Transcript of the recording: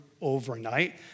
overnight